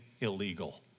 illegal